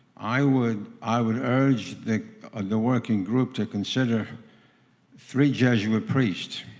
i would i would urge the and working group to consider three jesuits priests,